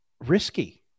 risky